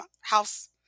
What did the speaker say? house